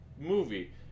movie